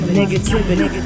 negativity